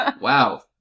Wow